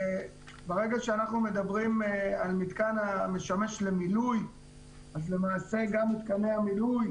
ברגע שאנחנו מדברים על מיתקן המשמש למילוי אז למעשה גם מיתקני המילוי